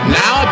now